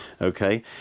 Okay